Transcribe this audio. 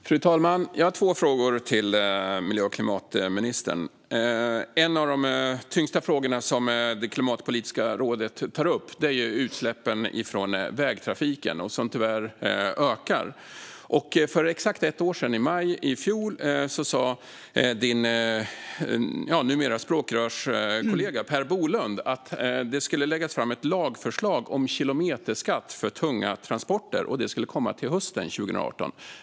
Fru talman! Jag har två frågor till miljö och klimatministern. En av de tyngsta frågorna som Klimatpolitiska rådet tar upp är utsläppen från vägtrafiken, som tyvärr ökar. För exakt ett år sedan, i maj i fjol, sa ministerns nya språkrörskollega Per Bolund att det skulle läggas fram ett lagförslag om kilometerskatt för tunga transporter. Det skulle komma till hösten 2018.